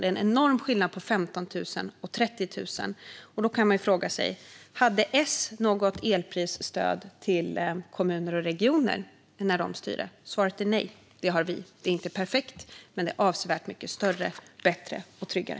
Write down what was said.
Det är en enorm skillnad på 15 000 och 30 000. Då kan man fråga sig: Hade S något elprisstöd till kommuner och regioner när de styrde? Svaret är nej. Men det har vi. Det är inte perfekt, men det är avsevärt mycket större, bättre och tryggare.